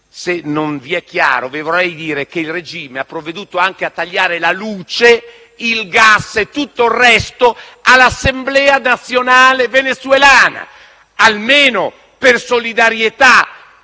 Se non vi è chiaro, vi vorrei dire che il regime ha provveduto anche a tagliare la luce, il gas e tutto il resto all'Assemblea nazionale venezuelana. Almeno per solidarietà